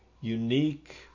unique